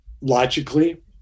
logically